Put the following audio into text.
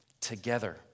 together